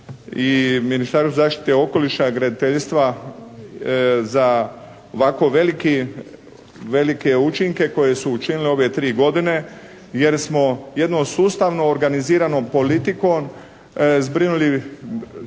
Ministarstvu za zaštitu okoliša, graditeljstva za ovako velike učinke koje su učinili u ove tri godine, jer smo jedno sustavnom organiziranom politikom zbrinuli